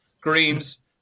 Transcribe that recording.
greens